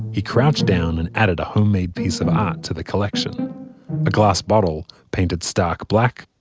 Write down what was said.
he crouched down and added a homemade piece of art to the collection a glass bottle painted stark black,